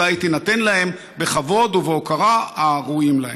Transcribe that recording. אלא היא תינתן להם בכבוד ובהוקרה הראויים להם.